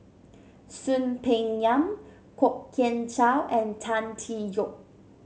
Soon Peng Yam Kwok Kian Chow and Tan Tee Yoke